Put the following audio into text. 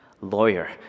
lawyer